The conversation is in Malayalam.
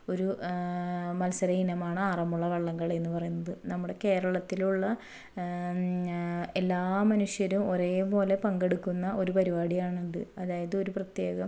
ഒരു മത്സരയിനമാണ് ആറന്മുള വള്ളം കളി എന്ന് പറയുന്നത് നമ്മുടെ കേരളത്തിലുള്ള എല്ലാ മനുഷ്യരും ഒരേപോലെ പങ്കെടുക്കുന്ന ഒരു പരിപാടിയാണത് അതായത് ഒരു പ്രത്യേകം